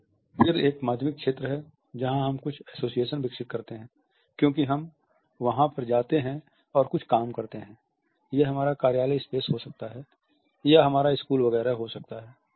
फिर एक माध्यमिक क्षेत्र है जहां हम कुछ एसोसिएशन विकसित करते हैं क्योंकि हम वहां पर जाते हैं और कुछ काम करते हैं यह हमारा कार्यालय स्पेस हो सकता है या हमारा स्कूल वगैरह हो सकता है